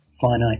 finite